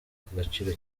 agaciro